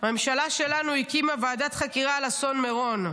הממשלה שלנו הקימה ועדת חקירה על אסון מירון.